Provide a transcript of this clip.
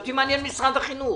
אותי מעניין משרד החינוך.